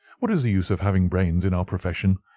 what is the use of having brains in our profession.